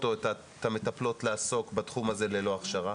או את המטפלות לעסוק בתחום הזה ללא הכשרה,